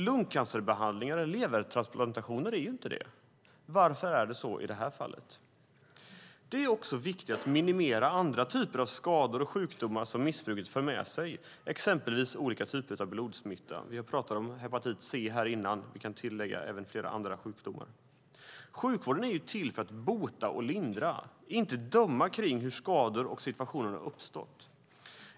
Lungcancerbehandlingar eller levertransplantationer är ju inte det. Varför är det så i detta fall? Det är också viktigt att minimera andra typer av skador och sjukdomar som missbruket för med sig, exempelvis olika typer av blodsmitta. Vi har pratat om hepatit C här, och vi kan tillägga även flera andra sjukdomar. Sjukvården är till för att bota och lindra, inte döma kring hur skador och situationer har uppstått.